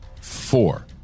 Four